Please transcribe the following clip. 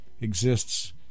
exists